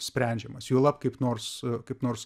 sprendžiamas juolab kaip nors kaip nors